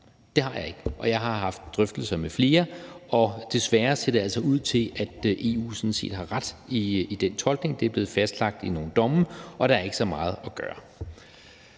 Det har jeg ikke, og jeg har haft drøftelser med flere, og desværre ser det ud til, at EU sådan set har ret i den tolkning. Det er blevet fastlagt i nogle domme, og der er ikke så meget at gøre.